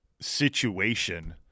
situation